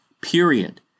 period